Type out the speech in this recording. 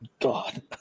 God